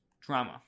drama